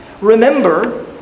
Remember